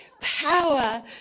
power